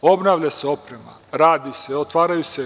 Obnavlja se oprema, radi se, otvaraju se.